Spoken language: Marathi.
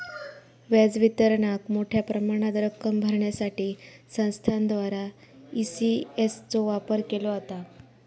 व्याज वितरणाक मोठ्या प्रमाणात रक्कम भरण्यासाठी संस्थांद्वारा ई.सी.एस चो वापर केलो जाता